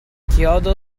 chiodo